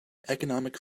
economic